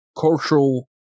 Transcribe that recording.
cultural